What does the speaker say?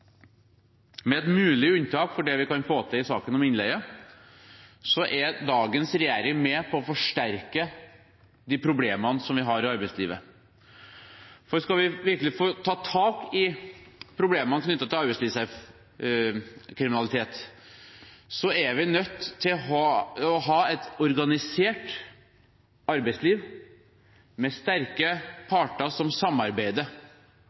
Med et mulig unntak for det vi kan få til i saken om innleie, er dagens regjering med på å forsterke de problemene vi har i arbeidslivet. For skal vi virkelig få tatt tak i problemene knyttet til arbeidslivskriminalitet, er vi nødt til å ha et organisert arbeidsliv, med sterke parter som samarbeider.